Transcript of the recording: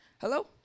Hello